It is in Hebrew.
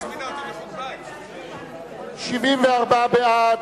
74 בעד,